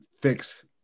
fix